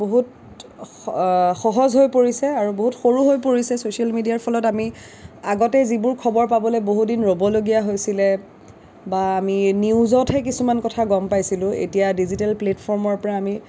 বহুত সহজ হৈ পৰিছে আৰু বহুত সৰু হৈ পৰিছে ছ'চিয়েল মেডিয়াৰ ফলত আমি আগতে যিবোৰ খবৰ পাবলে বহু দিন ৰ'বলগীয়া হৈছিলে বা আমি নিউজতহে কিছুমান কথা গম পাইছিলো এতিয়া ডিজিটেল প্লেটফৰ্মৰ পৰা আমি